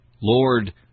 Lord